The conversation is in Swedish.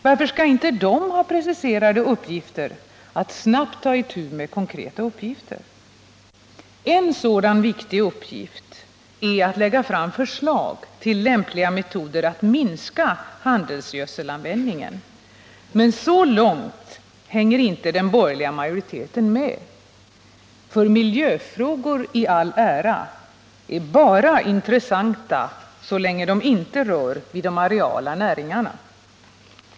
Varför skall inte de ha ett preciserat åliggande att snabbt ta itu med konkreta uppgifter? En sådan viktig uppgift är att lägga fram förslag till lämpliga metoder att minska handelsgödselanvändningen. Men så långt hänger inte den borgerliga majoriteten med. För miljöfrågor i all ära — de är bara intressanta så länge de inte rör vid de agrara näringarna.